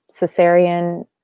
cesarean